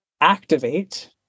activate